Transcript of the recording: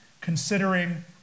considering